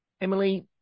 Emily